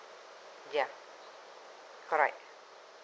ya correct